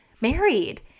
married